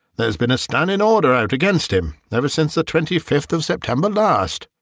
there's been a standing order out against him ever since the twenty fifth of september last.